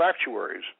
actuaries